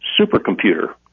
supercomputer